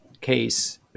case